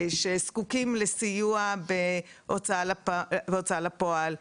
שזקוקים לסיוע בהוצאה לפועל,